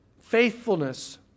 faithfulness